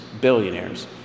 billionaires